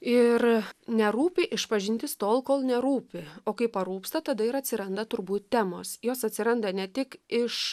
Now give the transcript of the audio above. ir nerūpi išpažintis tol kol nerūpi o kai parūpsta tada ir atsiranda turbūt temos jos atsiranda ne tik iš